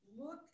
Look